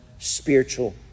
Spiritual